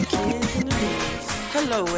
Hello